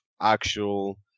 actual